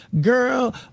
girl